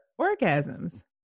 orgasms